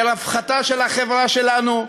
לרווחתה של החברה שלנו,